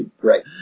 Right